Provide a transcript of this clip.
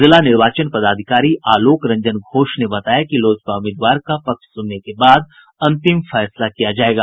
जिला निर्वाचन पदाधिकारी आलोक रंजन घोष ने बताया कि लोजपा उम्मीदवार का पक्ष सुनने के बाद अंतिम फैसला किया जायेगा